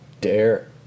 dare